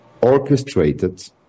Orchestrated